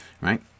right